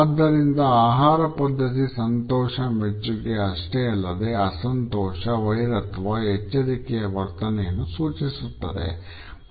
ಆದ್ದರಿಂದ ಆಹಾರ ಪದ್ಧತಿ ಸಂತೋಷ ಮೆಚ್ಚುಗೆ ಅಷ್ಟೇ ಅಲ್ಲದೆ ಅಸಂತೋಷ ವೈರತ್ವ ಎಚ್ಚರಿಕೆಯ ವರ್ತನೆಯನ್ನು ಸೂಚಿಸುತ್ತದೆ